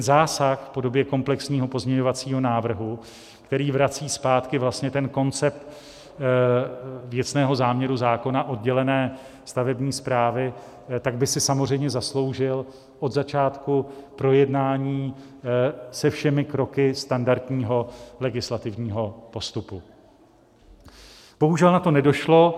Zásah v podobě komplexního pozměňovacího návrhu, který vrací zpátky vlastně ten koncept věcného záměru zákona oddělené stavební správy, by si samozřejmě zasloužil od začátku projednání se všemi kroky standardního legislativního postupu, bohužel na to nedošlo.